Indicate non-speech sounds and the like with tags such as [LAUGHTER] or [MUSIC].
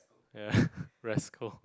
ya [NOISE] rascal